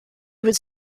was